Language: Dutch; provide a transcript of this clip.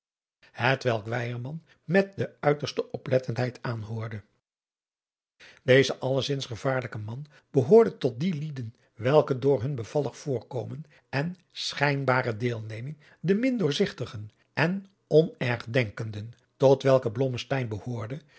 weyerman met de uiterste oplettendheid aanhoorde deze allezins gevaarlijke man behoorde tot die lieden welke door hun bevallig voorkomen en schrjnbare deelneming den min doorzigtigen en onergdenkenden tot welke blommesteyn